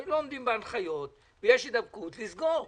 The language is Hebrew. אבל אם לא עומדים בהנחיות ויש הידבקות לסגור,